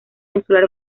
insular